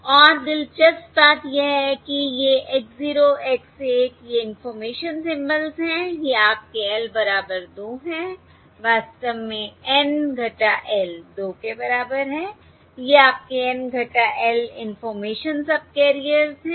और दिलचस्प बात यह है कि ये X 0 X 1 ये इंफॉर्मेशन सिंबल्स हैं ये आपके L बराबर 2 हैं वास्तव में N - L 2 के बराबर हैं ये आपके N - L इंफॉर्मेशन सबकैरियर्स हैं